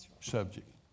subject